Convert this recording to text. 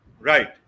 right